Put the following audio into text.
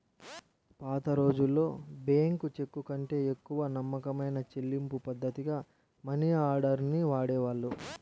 పాతరోజుల్లో బ్యేంకు చెక్కుకంటే ఎక్కువ నమ్మకమైన చెల్లింపుపద్ధతిగా మనియార్డర్ ని వాడేవాళ్ళు